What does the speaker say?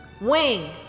Wing